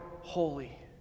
holy